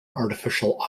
artificial